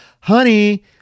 honey